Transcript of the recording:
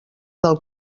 pel